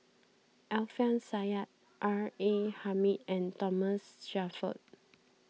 Alfian Sa'At R A Hamid and Thomas Shelford